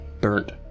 burnt